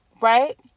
right